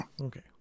Okay